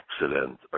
accident